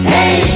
Hey